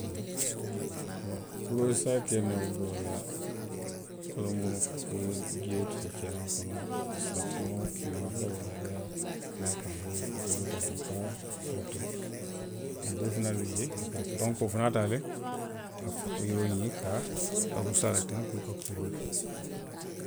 Boŋ, kuuroo i se a ke noo buloo la. wo lemu i ye jio ke keeraŋo kono. i ye saafinoo maa bayoo la i ye a bula a kono, i ye i buloo taa teŋ i ka a forotee. Duŋ doolu fanaŋ bi jee i ka bankoo taa le. taa fo ka yiroo ňiŋ taa ka a busaa la teŋ puru ka kuuroo ke.